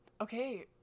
Okay